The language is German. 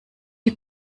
die